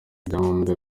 byangombwa